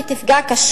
במתקן כליאה מהסוג